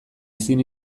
ezin